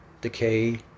decay